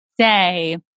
say